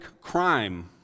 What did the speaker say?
crime